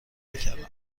نکردم